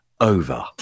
over